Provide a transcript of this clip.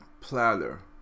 platter